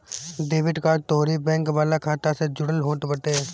debit card तोहरी bank वाला खाता से जुड़ल होत हवे